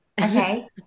Okay